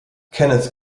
kenneth